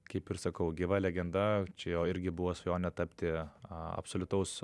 kaip ir sakau gyva legenda čia jo irgi buvo svajonė tapti absoliutaus